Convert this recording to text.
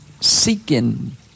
seeking